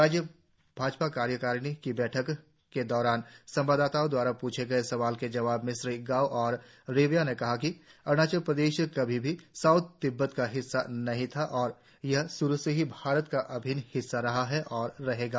राज्य भाजपा कार्यकारिणी की बैठक के दौरान संवाददाताओं द्वारा प्रछे गए सवालों के जवाब में श्री गाव और रिबिया ने कहा कि अरुणाचल प्रदेश कभी भी साउथ तिब्बत का हिस्सा नहीं था और यह शुरु से ही भारत का अभिन्न हिस्सा रहा है और रहेगा